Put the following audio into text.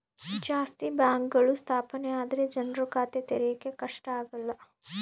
ಜಾಸ್ತಿ ಬ್ಯಾಂಕ್ಗಳು ಸ್ಥಾಪನೆ ಆದ್ರೆ ಜನ್ರು ಖಾತೆ ತೆರಿಯಕ್ಕೆ ಕಷ್ಟ ಆಗಲ್ಲ